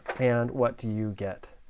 and what do you get?